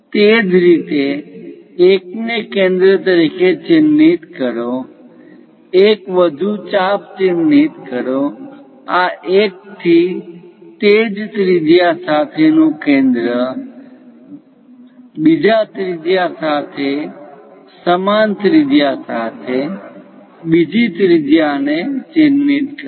તે જ રીતે 1 ને કેન્દ્ર તરીકે ચિહ્નિત કરો એક વધુ ચાપ ચિહ્નિત કરો આ 1 થી તે જ ત્રિજ્યા સાથેનું કેન્દ્ર બીજા ત્રિજ્યા સાથે સમાન ત્રિજ્યા સાથે બીજી ત્રિજ્યા ને ચિહ્નિત કરો